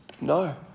no